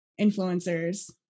influencers